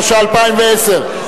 התשע"א 2010,